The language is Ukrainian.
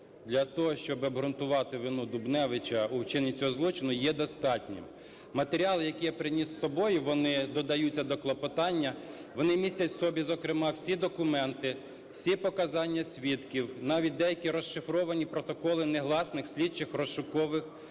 для того, щоб обґрунтувати вину Дубневича у вчиненні цього злочину є достатньо. Матеріали, які я приніс з собою, вони додаються до клопотання, вони містять в собі, зокрема, всі документи, всі показання свідків, навіть деякі розшифровані протоколи негласних слідчих (розшукових) дій,